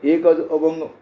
एक अज अभंग